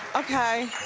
okay.